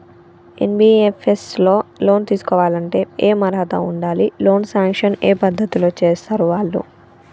NBFS లో loan తీస్కోవాలంటే ఏం అర్హత ఉండాలి? లోన్ సాంక్షన్ ఏ పద్ధతి లో చేస్తరు వాళ్లు?